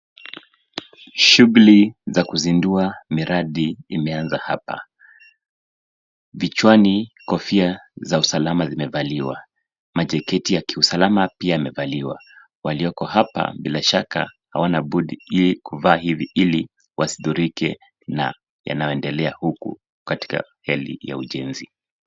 Shughuli za kuzindua miradi zimeanza hapa. Vichwani kofia za usalama zimevaliwa. Majaketi ya usalama pia yamevaliwa. Walioko hapa bila shaka hawana budi ila kuva hivi ili wasidhuruike na yanaondelea huku katika hali ya ujenzi.